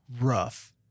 Rough